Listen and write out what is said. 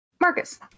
Marcus